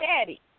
daddy